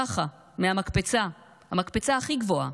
ככה, מהמקפצה, המקפצה הכי גבוהה.